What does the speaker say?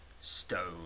stone